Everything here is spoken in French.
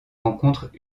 rencontres